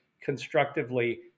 constructively